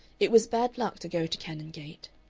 it was bad luck to go to canongate.